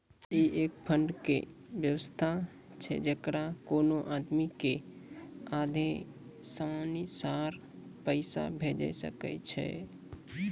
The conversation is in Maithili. ई एक फंड के वयवस्था छै जैकरा कोनो आदमी के आदेशानुसार पैसा भेजै सकै छौ छै?